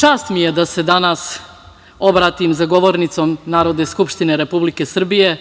čast mi je da se danas obratim za govornicom Narodne skupštine Republike Srbije